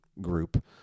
group